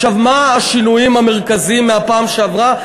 מה הם השינויים המרכזיים מהפעם שעברה?